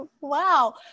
wow